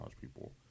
people